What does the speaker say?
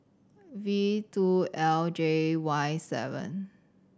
V two L J Y seven